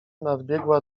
nadbiegła